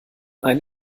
ein